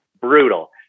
brutal